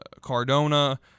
Cardona